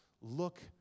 look